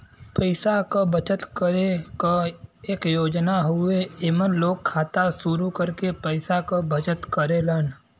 पैसा क बचत करे क एक योजना हउवे एमन लोग खाता शुरू करके पैसा क बचत करेलन